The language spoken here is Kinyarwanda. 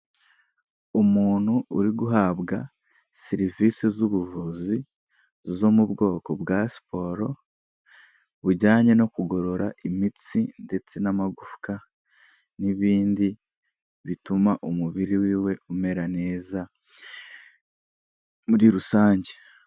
Umuntu uri guhabwa serivisi z'ubuvuzi zo mu bwoko bwa siporo, bujyanye no kugorora imitsi ndetse n'amagufwa n'ibindi bituma umubiri wiwe umera neza muri rusange.